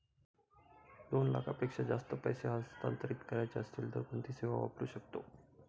दोन लाखांपेक्षा जास्त पैसे हस्तांतरित करायचे असतील तर कोणती सेवा वापरू शकतो?